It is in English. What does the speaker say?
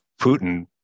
Putin